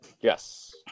Yes